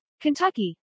Kentucky